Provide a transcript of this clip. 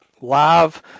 live